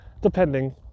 depending